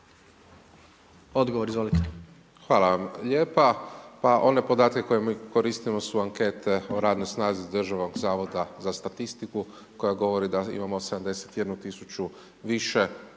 Marko (HDZ)** Hvala vam lijepa. Pa one podatke koje mi koristimo su ankete o radnoj snazi državnog zavoda za statistiku koja govori da imamo 71 000 više